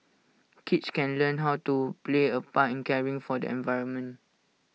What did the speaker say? kids can learn how to play A part in caring for the environment